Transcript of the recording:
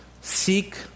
seek